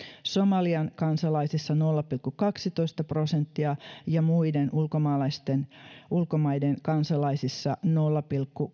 somalian kansalaisissa nolla pilkku kaksitoista prosenttia ja muiden ulkomaiden kansalaisissa nolla pilkku